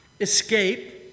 escape